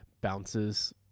bounces